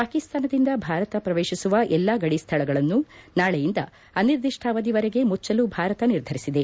ಪಾಕಿಸ್ತಾನದಿಂದ ಭಾರತ ಪ್ರವೇಶಿಸುವ ಎಲ್ಲಾ ಗಡಿ ಸ್ಥಳಗಳನ್ನು ನಾಳೆಯಿಂದ ಅನಿರ್ದಿಷ್ಲಾವಧಿವರೆಗೆ ಮುಚ್ಚಲು ಭಾರತ ನಿರ್ಧರಿಸಿದೆ